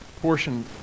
portion